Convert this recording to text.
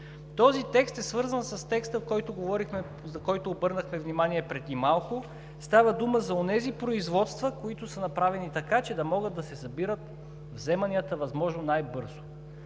Този текст е свързан с текста, за който обърнахме внимание преди малко – става дума за онези производства, които са направени така, че да могат да се събират вземанията възможно най-бързо.